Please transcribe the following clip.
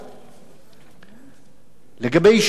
לגבי יישובים שהאי-חוקיות שלהם נבעה מכך